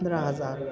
पंद्रहं हज़ार